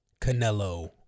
Canelo